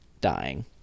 dying